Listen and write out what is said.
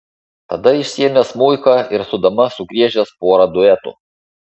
tada išsiėmęs smuiką ir su dama sugriežęs porą duetų